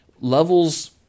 Levels